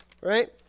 Right